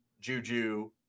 Juju